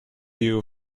view